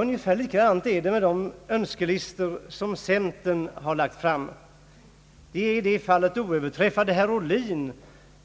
Ungefär på samma sätt är det med de önskelistor som centerpartiet har lagt fram. De är i det fallet oöverträffade. Herr Ohlin